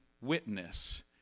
witness